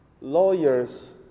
lawyers